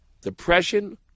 depression